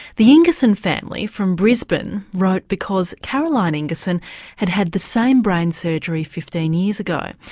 the ingerson family from brisbane wrote because caroline ingerson had had the same brain surgery fifteen years ago.